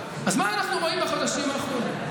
אז מה אנחנו רואים בחודשים האחרונים?